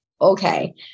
okay